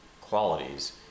qualities